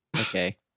okay